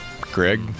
Greg